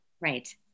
Right